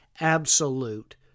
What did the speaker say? Absolute